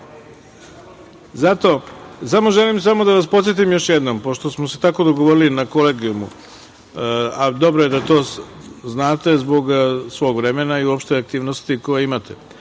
ruke. Samo želim da vas podsetim još jednom, pošto smo se tako dogovorili na Kolegijumu, a dobro je da to znate, zbog svog vremena i uopšte aktivnosti koje imate,